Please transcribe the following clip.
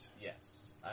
Yes